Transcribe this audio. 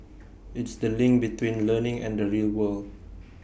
it's the link between learning and the real world